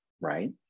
right